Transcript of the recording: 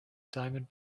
diamond